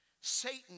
Satan